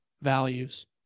values